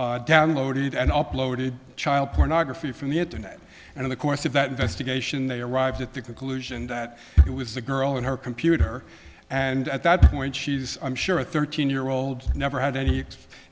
who downloaded and uploaded child pornography from the internet and in the course of that investigation they arrived at the conclusion that it was a girl and her computer and at that point she's i'm sure a thirteen year old never had any